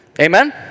Amen